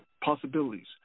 possibilities